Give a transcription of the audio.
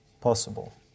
possible